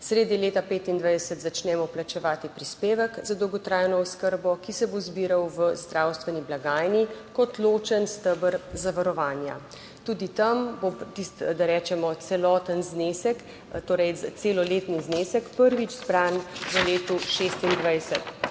Sredi leta 2025 začnemo plačevati prispevek za dolgotrajno oskrbo, ki se bo zbiral v zdravstveni blagajni kot ločen steber zavarovanja, tudi tam bo tisti, da rečemo, celoten znesek, torej za celoletni znesek prvič zbran v letu 2026,